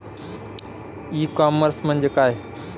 E commerce म्हणजे काय?